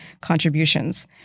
contributions